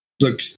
Look